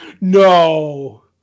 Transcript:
No